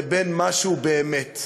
לבין מה שהוא באמת,